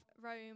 Rome